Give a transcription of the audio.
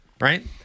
right